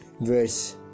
verse